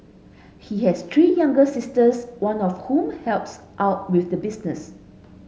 he has three younger sisters one of whom helps out with the business